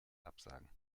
absagen